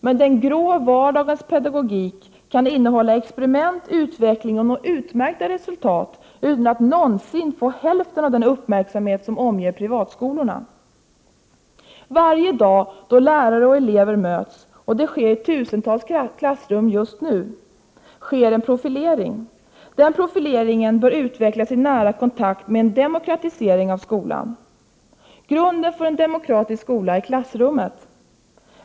Men den grå vardagens pedagogik kan innehålla experiment, utveckling och nå utmärkta resultat utan att någonsin få hälften av den uppmärksamhet som omger privatskolorna. Varje dag då lärare och elever möts, och det sker i tusentals klassrum just nu, sker en profilering. Den profileringen bör utvecklas i nära kontakt med en demokratisering av skolan. Grunden för en demokratisk skola är Prot. 1988/89:63 klassrummet.